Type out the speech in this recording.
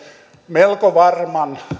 melko varman